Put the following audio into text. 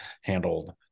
handled